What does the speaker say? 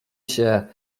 się